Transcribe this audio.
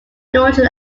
launched